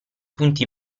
punti